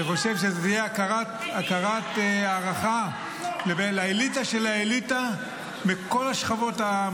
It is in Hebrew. אני חושב שזו תהיה הכרת הערכה לאליטה של האליטה מכל השכבות,